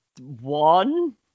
one